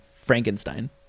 Frankenstein